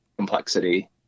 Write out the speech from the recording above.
complexity